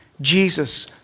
Jesus